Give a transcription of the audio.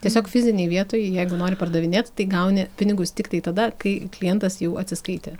tiesiog fizinėj vietoj jeigu nori pardavinėt tai gauni pinigus tiktai tada kai klientas jau atsiskaitė